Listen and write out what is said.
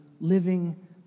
living